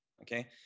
Okay